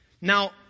Now